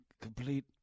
Complete